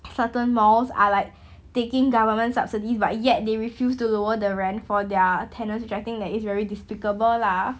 certain malls are like taking government subsidies but yet they refuse to lower the rent for their tenants which I think that it's very despicable lah